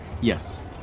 Yes